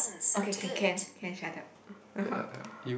okay okay can can shut up